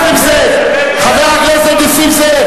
חבר הכנסת נסים זאב.